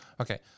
okay